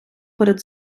перед